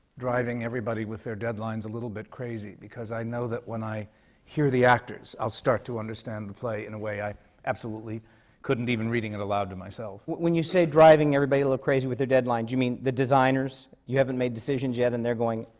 driving everybody with their deadlines deadlines a little bit crazy, because i know that when i hear the actors i'll start to understand the play in a way i absolutely couldn't, even reading it aloud to myself. when you say, driving everybody a little crazy with their deadlines, you mean the designers? you haven't made decisions yet, and they're going,